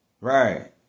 Right